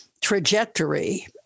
trajectory